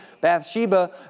Bathsheba